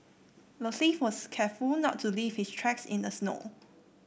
the thief was careful not leave his tracks in the snow